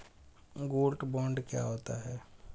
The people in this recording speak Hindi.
गोल्ड बॉन्ड क्या होता है?